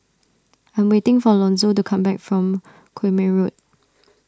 I am waiting for Lonzo to come back from Quemoy Road